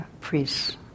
priests